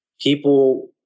People